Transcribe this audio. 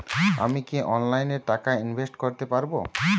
আমি কি অনলাইনে টাকা ইনভেস্ট করতে পারবো?